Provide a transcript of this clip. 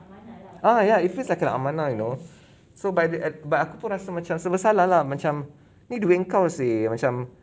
ah ya it feels like an amanah you know so by the at~ but aku pun rasa macam serba salah lah macam need doing kaus eh macam